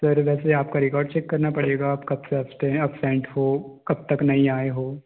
sir वैसे आपका record check करना पड़ेगा आपका आप कबसे अपसेन्ट हो कब तक नहीं आए हो